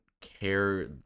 care